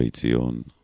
on